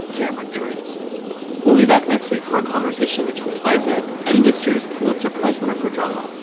cameron drus we'll be back next week for a conversation between isec and this year's pulitzer prize winner for drama,